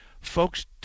Folks